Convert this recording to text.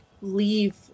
leave